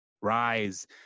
rise